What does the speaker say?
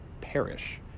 perish